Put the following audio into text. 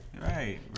Right